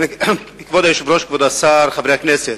כבוד היושב-ראש, כבוד השר, חברי הכנסת,